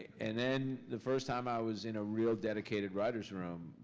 and then the first time i was in a real dedicated writers' room,